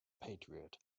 patriot